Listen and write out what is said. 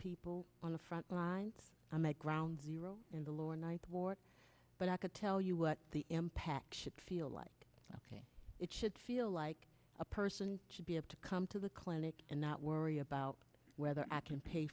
people on the front lines i'm at ground zero in the lower ninth ward but i could tell you what the impact should feel like ok it should feel like a person should be able to come to the clinic and not worry about whether akon pay